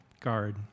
guard